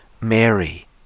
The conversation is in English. Mary